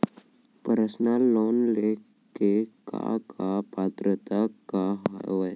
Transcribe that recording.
Personal loan ले के का का पात्रता का हवय?